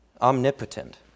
omnipotent